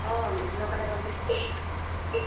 অঁ দুদিনৰ কাৰণে যাম দেই